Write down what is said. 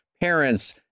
parents